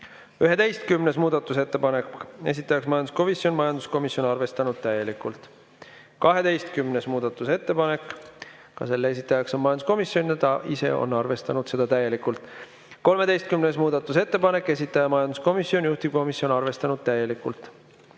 11. muudatusettepanek, esitaja majanduskomisjon, majanduskomisjon arvestanud täielikult. 12. muudatusettepanek, ka selle esitaja on majanduskomisjon ja ta on ise arvestanud seda täielikult. 13. muudatusettepanek, esitaja majanduskomisjon, juhtivkomisjon arvestanud täielikult.